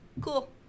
Cool